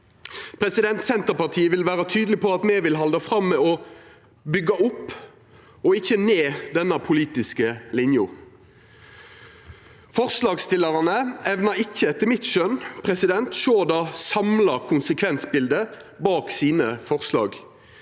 Senterpartiet vil vera tydeleg på at me vil halda fram med å byggja opp og ikkje ned denne politiske linja. Forslagsstillarane evnar ikkje, etter mitt skjønn, å sjå det samla konsekvensbildet bak forslaga